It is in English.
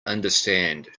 understand